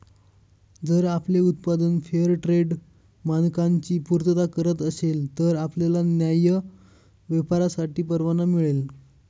जर आपले उत्पादन फेअरट्रेड मानकांची पूर्तता करत असेल तर आपल्याला न्याय्य व्यापारासाठी परवाना मिळेल